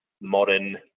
modern